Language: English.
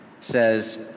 says